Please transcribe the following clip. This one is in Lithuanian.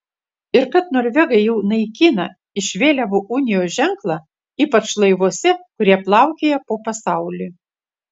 ir kad norvegai jau naikina iš vėliavų unijos ženklą ypač laivuose kurie plaukioja po pasaulį